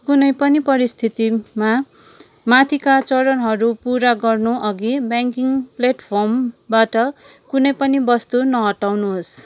कुनै पनि परिस्थितिमा माथिका चरणहरू पुरा गर्नु अघि ब्याङ्किङ प्ल्याटफर्मबाट कुनै पनि वस्तु नहटाउनुहोस्